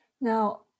Now